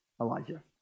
Elijah